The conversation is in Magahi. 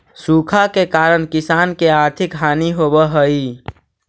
सूखा के कारण किसान के आर्थिक हानि होवऽ हइ